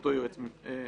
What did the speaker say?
לאותו יועץ משפטי,